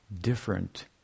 different